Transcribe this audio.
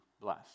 bless